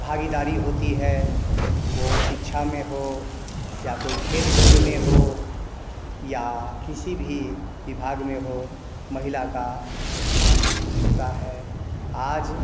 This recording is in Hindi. भागीदारी होती है वो शिक्षा में हो या कोई खेल कूद में हो या किसी भी विभाग में हो महिला का स्थान होता है आज